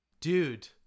Dude